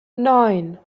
neun